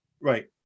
Right